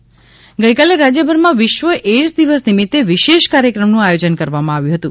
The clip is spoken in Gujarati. વિશ્વ એઇડસ દિવસ ગઇકાલે રાજ્યભરમાં વિશ્વ એઇડસ દિવસ નિમિત્ત વિશેષ કાર્યક્રમનું આયોજન કરવામાં આવ્યું હતું